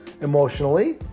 emotionally